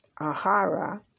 Ahara